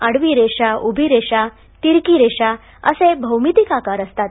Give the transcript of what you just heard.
आडवी रेषा उभी रेषा तिरकी रेषा असे भौमितिक आकार असतात